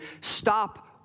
stop